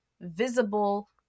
visible